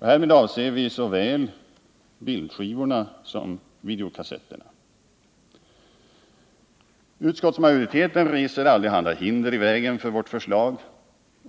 Härmed avser vi såväl bildskivorna som videokassetterna. Utskottsmajoriteten reser allehanda hinder i vägen för vårt förslag.